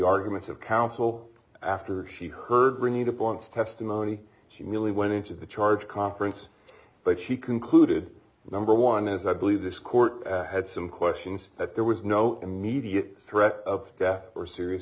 arguments of counsel after she heard we need to balance testimony she really went into the charge conference but she concluded number one is i believe this court had some questions that there was no immediate threat of death or serious